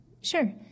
Sure